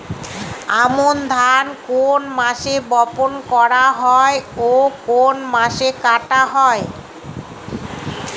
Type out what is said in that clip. আমন ধান কোন মাসে বপন করা হয় ও কোন মাসে কাটা হয়?